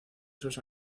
esos